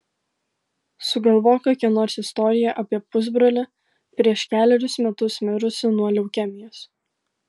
sugalvok kokią nors istoriją apie pusbrolį prieš kelerius metus mirusį nuo leukemijos